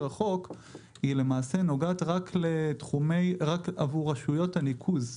החוק למעשה נוגעת רק עבור רשויות הניקוז.